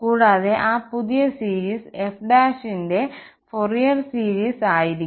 കൂടാതെ ആ പുതിയ സീരീസ് f ന്റെ ഫോറിയെർ സീരീസ് ആയിരിക്കും